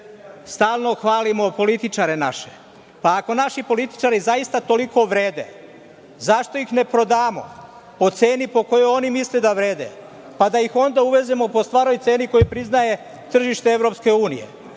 stalno hvalimo političare naše. Ako naši političari zaista toliko vrede, zašto ih ne prodamo po ceni po kojoj oni misle da vrede pa da ih onda uvezemo po stvarnoj ceni po kojoj priznaje tržište EU? Takav je